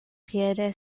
piede